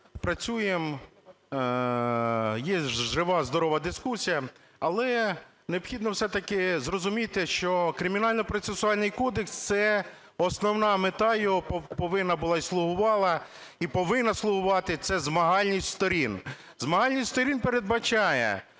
працюємо, є жива, здорова дискусія. Але необхідно все-таки зрозуміти, що Кримінально-процесуальний кодекс, це основна мета його повинна була і слугувала, і повинна слугувати, це змагальність сторін. Змагальність сторін передбачає